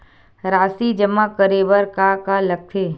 राशि जमा करे बर का का लगथे?